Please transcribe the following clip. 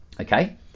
okay